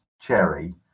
Cherry